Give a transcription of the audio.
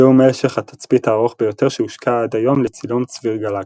זהו משך התצפית הארוך ביותר שהושקע עד היום לצילום צביר גלקסיות.